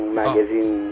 magazine